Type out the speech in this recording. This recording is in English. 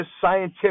scientific